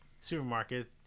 supermarket